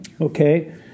Okay